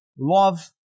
love